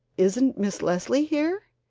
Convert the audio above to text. isn't miss leslie here?